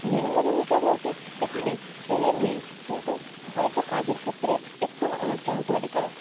লিঙ্গ ভূমিকা বলতে এখানে ছেলে মেয়ে কিন্তু হয়তো কাজের ক্ষেত্রে একটু নড়চড় হতে পারে কারণ